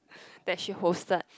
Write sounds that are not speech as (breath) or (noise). (breath) that she hosted